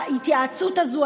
ההתייעצות הזאת,